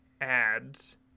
ads